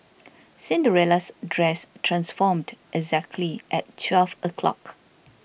Cinderella's dress transformed exactly at twelve o'clock